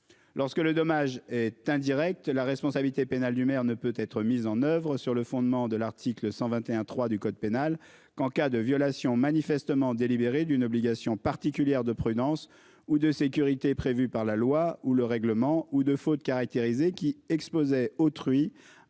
Lorsque le dommage est indirecte, la responsabilité pénale du maire ne peut être mise en oeuvre sur le fondement de l'article 121 3 du code pénal qu'en cas de violation manifestement délibérée d'une obligation particulière de prudence ou de sécurité prévue par la loi ou le règlement ou de faute caractérisée qui exposait autrui